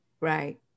Right